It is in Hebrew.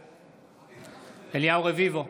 בעד אליהו רביבו,